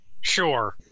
Sure